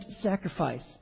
sacrifice